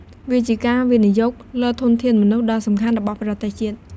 វាជាការវិនិយោគលើធនធានមនុស្ស ដ៏សំខាន់របស់ប្រទេសជាតិ។